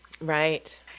Right